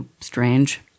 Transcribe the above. strange